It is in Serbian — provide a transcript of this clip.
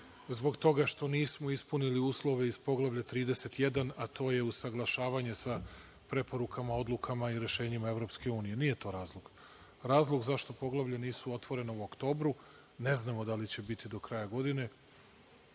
zbog toga što nismo uslove iz Poglavlja 31, a to je usaglašavanje sa preporukama, odlukama i rešenjima EU. Nije to razlog. Razlog zašto poglavlja nisu otvorena u oktobru, ne znamo da li će biti do kraja godine,